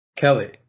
Kelly